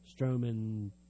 Strowman